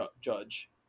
judge